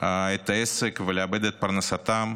את העסק ולאבד את פרנסתם.